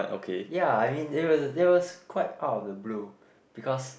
ya I mean it was it was quite out of the blue because